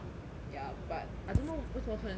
ya but I don't know 为什么突然间 like